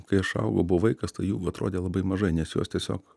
kai aš augau buvo vaikas tai jų atrodė labai mažai nes juos tiesiog